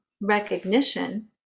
recognition